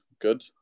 good